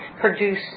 produce